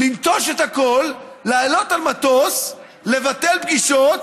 לנטוש את הכול, לעלות על מטוס, לבטל פגישות